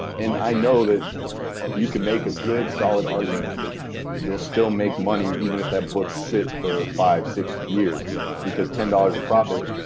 and i know that you can make a good solid argument that you'll still make money even if that sits for five six years because ten dollars of profit.